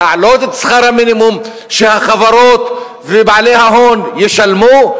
להעלות את שכר המינימום שהחברות ובעלי ההון ישלמו,